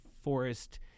forest